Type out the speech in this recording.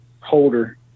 holder